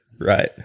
Right